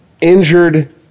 injured